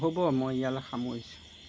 হ'ব মই ইয়ালৈ সামৰিছোঁ